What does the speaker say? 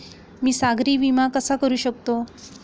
मी सागरी विमा कसा करू शकतो?